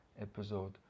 episode